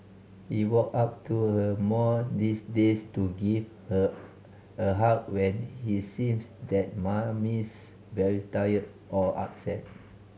he walk up to her more these days to give her a hug when he sees that Mummy's very tired or upset